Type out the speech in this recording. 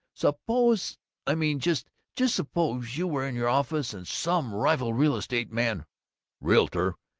suppose i mean, just just suppose you were in your office and some rival real-estate man realtor!